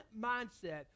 mindset